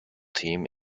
team